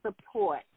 support